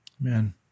Amen